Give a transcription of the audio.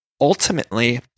Ultimately